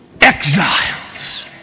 exiles